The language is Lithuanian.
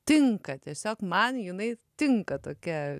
tinka tiesiog man jinai tinka tokia